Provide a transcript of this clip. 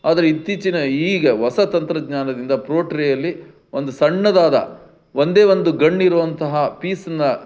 ಆದರೆ ಇತ್ತೀಚಿನ ಈಗ ಹೊಸ ತಂತ್ರಜ್ಞಾನದಿಂದ ಪ್ರೋ ಟ್ರೆಯಲ್ಲಿ ಒಂದು ಸಣ್ಣದಾದ ಒಂದೇ ಒಂದು ಗಣ್ಣು ಇರುವಂತಹ ಪೀಸನ್ನು